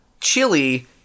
chili